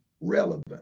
relevant